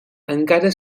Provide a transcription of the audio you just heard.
encara